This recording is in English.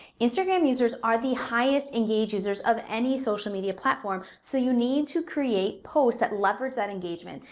instagram users are the highest-engaged users of any social media platform, so you need to create posts that leverages that engagement.